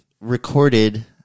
recorded